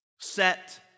Set